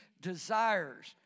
desires